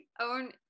own